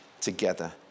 together